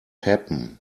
happen